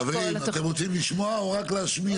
חברים, אתם רוצים לשמוע או רק להשמיע?